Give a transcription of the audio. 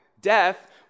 Death